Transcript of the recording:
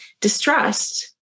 distrust